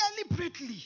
deliberately